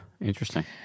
interesting